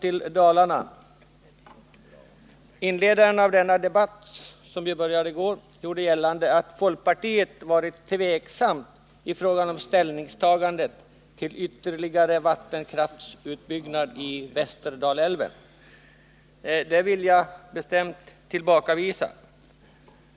Inledaren av denna debatt, som ju började i går, gjorde gällande att folkpartiet varit tveksamt när det gällt ställningstagandet till ytterligare vattenkraftsutbyggnad i Västerdalälven. Detta vill jag bestämt tillbakavisa.